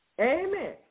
amen